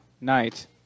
night